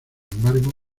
embargo